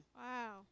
Wow